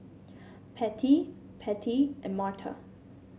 Patty Pete and Marta